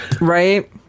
Right